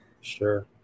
Sure